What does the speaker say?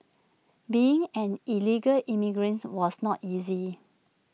being an illegal immigrant was not easy